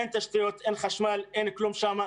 אין תשתיות, אין חשמל, אין כלום שם.